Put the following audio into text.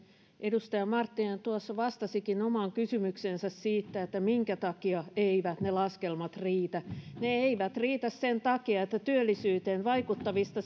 edustaja marttinen tuossa vastasikin omaan kysymykseensä siitä minkä takia eivät ne laskelmat riitä ne eivät riitä sen takia että työllisyyteen vaikuttavista